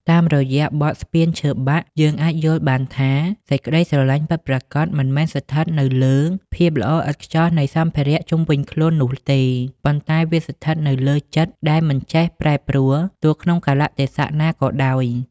តាមរយៈបទ "ស្ពានឈើបាក់" យើងអាចយល់បានថា សេចក្តីស្រឡាញ់ពិតប្រាកដមិនមែនស្ថិតនៅលើភាពល្អឥតខ្ចោះនៃសម្ភារៈជុំវិញខ្លួននោះទេ ប៉ុន្តែវាស្ថិតនៅលើចិត្តដែលមិនចេះប្រែប្រួលទោះក្នុងកាលៈទេសៈណាក៏ដោយ។